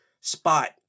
spot